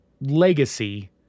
legacy